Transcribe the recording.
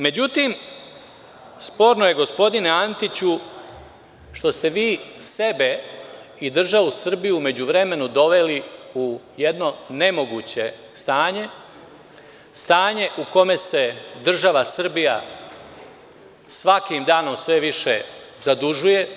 Međutim, sporno je, gospodine Antiću, što ste vi sebe i državu Srbiju u međuvremenu doveli u jedno nemoguće stanje, stanje u kome se država Srbija svakim danom sve više zadužuje.